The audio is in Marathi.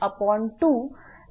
म्हणून T32×106×2